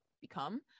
become